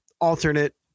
alternate